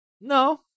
No